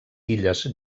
illes